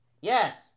Yes